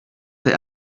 say